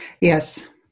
Yes